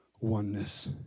oneness